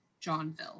Johnville